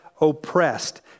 oppressed